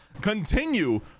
continue